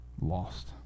lost